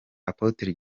apotre